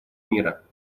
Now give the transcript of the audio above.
мира